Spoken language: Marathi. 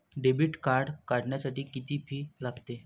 डेबिट कार्ड काढण्यासाठी किती फी लागते?